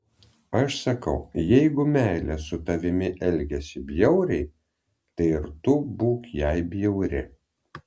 aš sakau jeigu meilė su tavimi elgiasi bjauriai tai ir tu būk jai bjauri